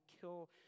kill